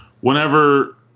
Whenever